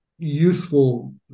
Useful